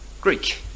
Greek